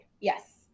Yes